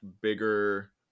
bigger